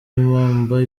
impamba